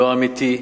לא אמיתי,